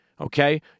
Okay